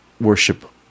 worship